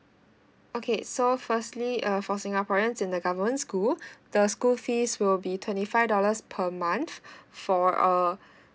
okay so firstly uh for singaporeans in the government school the school fees will be twenty five dollars per month for a